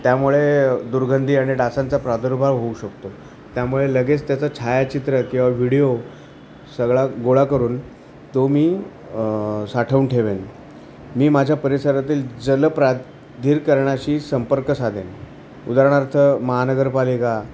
त्यामुळे दुर्गधी आणि डासांचा प्रादुर्भाव होऊ शकतो त्यामुळे लगेच त्याचं छायाचित्र किंवा व्हिडिओ सगळा गोळा करून तो मी साठवून ठेवेन मी माझ्या परिसरातील जलप्राधीकरणाशी संपर्क साधेन उदाहरणार्थ महानगरपालिका